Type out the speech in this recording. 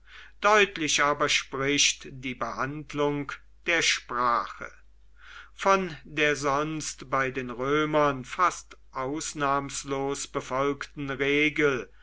deutlich aber spricht die behandlung der sprache von der sonst bei den römern fast ausnahmslos befolgten regel